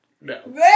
No